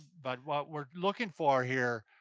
but what we're looking for here,